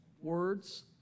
words